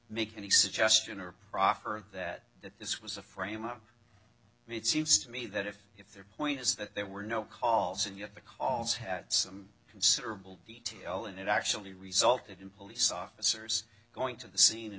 make any suggestion or proffer that this was a frame up it seems to me that if if their point is that there were no calls and yet the calls had some considerable detail and it actually resulted in police officers going to the scene and